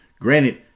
granted